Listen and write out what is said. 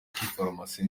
farumasi